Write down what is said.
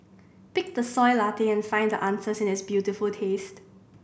pick the Soy Latte and find the answers in its beautiful taste